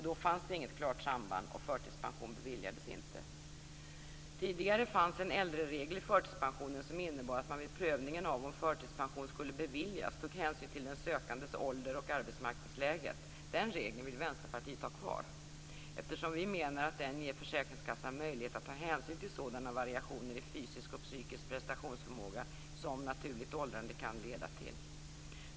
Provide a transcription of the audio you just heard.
Då fanns det inget klart samband och förtidspension beviljades inte. Tidigare fanns en äldreregel i förtidspensionen som innebar att man vid prövningen av om förtidspension skulle beviljas tog hänsyn till den sökandes ålder och arbetsmarknadsläget. Den regeln vill Vänsterpartiet ha kvar, eftersom vi menar att den ger försäkringskassan möjlighet att ta hänsyn till sådana variationer i fysisk och psykisk prestationsförmåga som naturligt åldrande kan leda till.